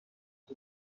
کسی